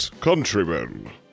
Countrymen